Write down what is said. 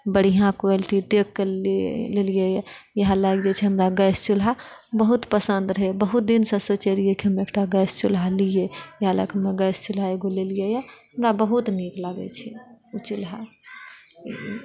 बढिआँ क्वालिटी देखिके लेलियै है इएह लकऽ जे छै हमरा गैस चूल्हा बहुत पसन्द रहय बहुत दिनसँ सोचय रहियै कि हम एकटा गैस चुल्हा लियै इएह लकऽ हम गैस चुल्हा एकगो लेलियै यऽ हमरा बहुत नीक लागैत छै ओ चूल्हा